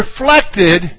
reflected